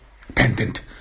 independent